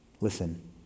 listen